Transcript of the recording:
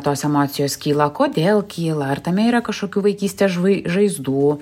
tos emocijos kyla kodėl kyla ar tame yra kažkokių vaikystės žvai žaizdų